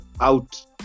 out